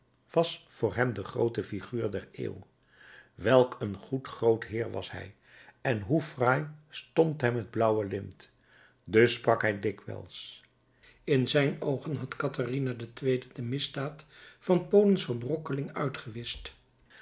was voor hem de groote figuur der eeuw welk een goed groot heer was hij en hoe fraai stond hem het blauwe lint dus sprak hij dikwijls in zijn oogen had katharina ii de misdaad van polens verbrokkeling uitgewischt